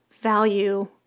value